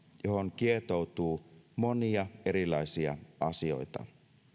johon kietoutuu monia erilaisia asioita